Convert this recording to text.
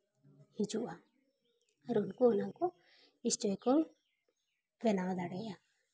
ᱦᱤᱡᱩᱜᱼᱟ ᱟᱨ ᱩᱱᱠᱩ ᱚᱱᱟ ᱠᱚ ᱱᱤᱥᱪᱚᱭ ᱠᱚ ᱵᱮᱱᱟᱣ ᱫᱟᱲᱮᱭᱟᱜᱼᱟ